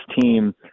team